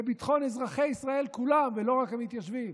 לביטחון אזרחי ישראל כולם ולא רק המתיישבים,